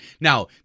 Now